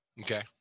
okay